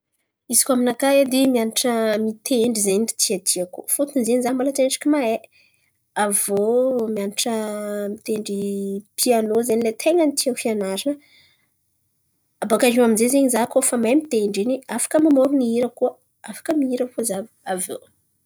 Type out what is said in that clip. Izy koa aminakà edy mianatra mitendry zen̈y tiatiako fôtony zen̈y za mbola tsy endriky mahay. Aviô mianatra mitendry pianô zen̈y lay ten̈a ny tiako ianarana. Abôkaiô aminjay zen̈y za koa fa mahay mitendry iny afaka mamôron̈o hira koa, afaka mihira koa za aviô.